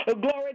glory